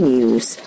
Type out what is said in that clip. News